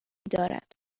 دارد